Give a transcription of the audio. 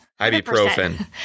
Ibuprofen